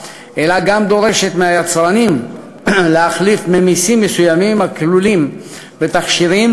והיא גם דורשת מהיצרנים להחליף ממיסים מסוימים הכלולים בתכשירים,